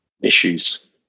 issues